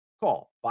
Call